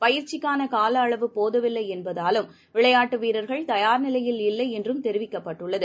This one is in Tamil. பயிற்சிக்கானகாலஅளவு போதவில்லைஎன்பதாலும் விளையாட்டுவீரர்கள் தயார் நிலையில் இல்லைஎன்றும் தெரிவிக்கப்பட்டுள்ளது